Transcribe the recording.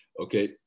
okay